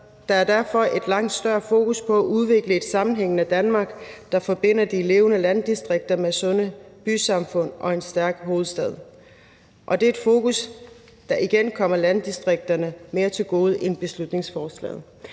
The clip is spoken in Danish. Der er derfor et langt større fokus på at udvikle et sammenhængende Danmark, der forbinder de levende landdistrikter med sunde bysamfund og en stærk hovedstad, og det er et fokus, der igen kommer landdistrikterne mere til gode end beslutningsforslaget.